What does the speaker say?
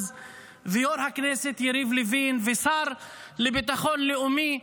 ויו"ר הכנסת אז יריב לוין והשר לביטחון פנים --- לאומי,